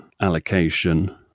allocation